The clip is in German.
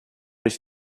ich